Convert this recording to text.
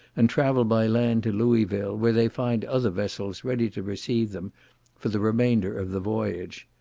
and travel by land to louisville, where they find other vessels ready to receive them for the remainder of the voyage.